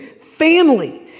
family